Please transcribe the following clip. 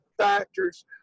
factors